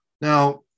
Now